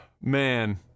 Man